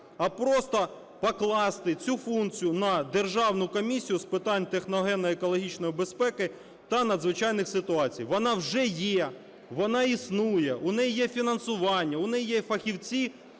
А просто покласти цю функцію на Державну комісію з питань техногенно-екологічної безпеки та надзвичайних ситуацій. Вона вже є. Вона існує. У неї є фінансування. У неї є і фахівці.